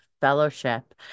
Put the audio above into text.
fellowship